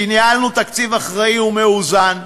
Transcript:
כי ניהלנו תקציב אחראי ומאוזן,